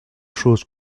chose